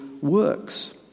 works